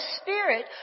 spirit